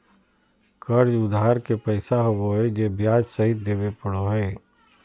कर्ज उधार के पैसा होबो हइ जे ब्याज सहित देबे पड़ो हइ